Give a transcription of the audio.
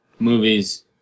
Movies